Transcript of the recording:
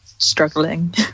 struggling